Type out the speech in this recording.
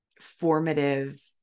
formative